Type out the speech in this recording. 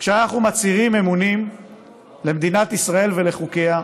כשאנחנו מצהירים אמונים למדינת ישראל ולחוקיה,